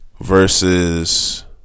versus